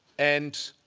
and